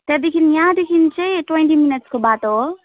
त्यहाँदेखि यहाँदेखि चाहिँ ट्वेन्टी मिनटको बाटो हो